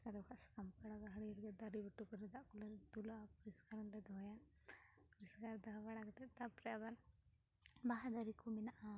ᱪᱮᱠᱟᱛᱮ ᱵᱟᱠᱷᱟᱡ ᱥᱟᱠᱟᱢ ᱟᱲᱜᱟ ᱦᱟᱹᱨᱭᱟᱹᱲ ᱜᱮ ᱫᱟᱨᱮ ᱵᱩᱴᱟᱹ ᱠᱚᱨᱮ ᱫᱟᱜ ᱠᱚᱞᱮ ᱫᱩᱞᱟᱜᱼᱟ ᱯᱚᱨᱤᱥᱠᱟᱨ ᱦᱚᱞᱮ ᱫᱚᱦᱚᱭᱟ ᱯᱚᱨᱤᱥᱠᱟᱨ ᱫᱚᱦᱚ ᱵᱟᱲᱟ ᱠᱟᱛᱮᱫ ᱛᱟᱯᱚᱨᱮ ᱟᱵᱟᱨ ᱵᱟᱦᱟ ᱫᱟᱨᱮ ᱠᱚ ᱢᱮᱱᱟᱜᱼᱟ